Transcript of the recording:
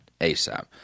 ASAP